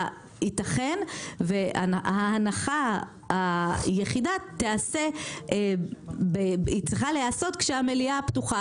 יתכן וההנחה היחידה צריכה להיעשות כאשר המליאה פתוחה.